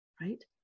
right